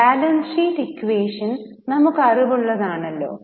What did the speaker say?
balance sheet equation നമുക് അറിവുള്ളതാണല്ലോ